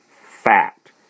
fact